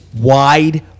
wide